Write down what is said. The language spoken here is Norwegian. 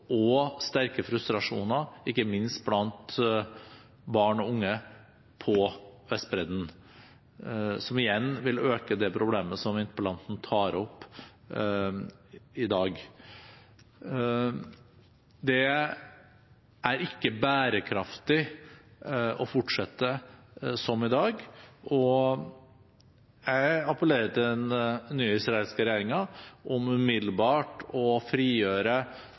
og sterke frustrasjoner, ikke minst blant barn og unge på Vestbredden – som igjen vil øke det problemet som interpellanten tar opp i dag. Det er ikke bærekraftig å fortsette som i dag, og jeg appellerer til den nye israelske regjeringen om umiddelbart å frigjøre